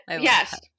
yes